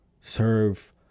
serve